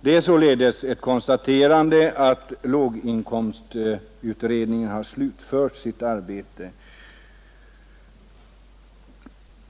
Det har således konstaterats att låginkomstutredningen slutfört sitt arbete.